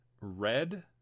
red